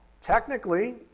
Technically